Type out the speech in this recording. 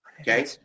okay